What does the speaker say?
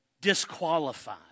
disqualified